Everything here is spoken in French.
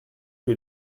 que